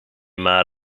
maar